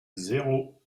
zéro